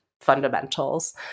fundamentals